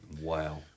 Wow